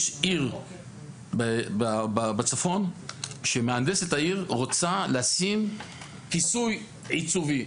יש עיר בצפון שמהנדסת העיר רוצה לשים כיסוי עיצובי.